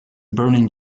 burning